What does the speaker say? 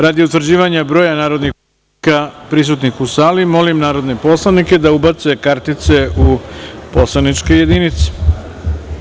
Radi utvrđivanja broja narodnih poslanika prisutnih u sali, molim narodne poslanike da ubace kartice u poslaničke jedinice.